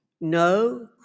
no